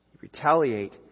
Retaliate